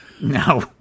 No